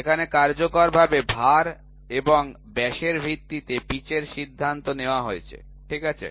এখানে কার্যকরভাবে ভার এবং ব্যাসের ভিত্তিতে পিচের সিদ্ধান্ত নেওয়া হয়েছে ঠিক আছে